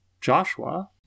Joshua